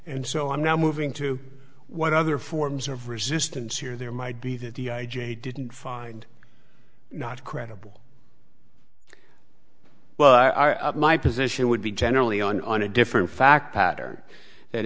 and so i'm now moving to what other forms of resistance here there might be that the i j a didn't find not credible but my position would be generally on on a different fact pattern that